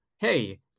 Hey